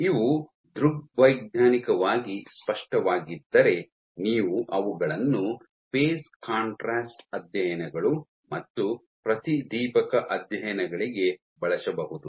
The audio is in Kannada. ಇವು ದೃಗ್ವೈಜ್ಞಾನಿಕವಾಗಿ ಸ್ಪಷ್ಟವಾಗಿದ್ದರೆ ನೀವು ಅವುಗಳನ್ನು ಫೇಜ್ ಕಾಂಟ್ರಾಸ್ಟ್ ಅಧ್ಯಯನಗಳು ಮತ್ತು ಪ್ರತಿದೀಪಕ ಅಧ್ಯಯನಗಳಿಗೆ ಬಳಸಬಹುದು